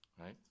right